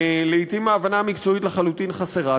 לעתים ההבנה המקצועית לחלוטין חסרה.